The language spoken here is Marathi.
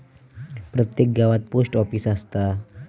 प्रत्येक गावात पोस्ट ऑफीस असता